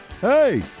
hey